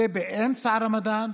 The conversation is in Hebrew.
וזה באמצע הרמדאן,